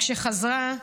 אבל כשחזרה,